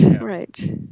right